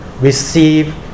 receive